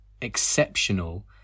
exceptional